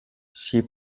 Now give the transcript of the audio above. she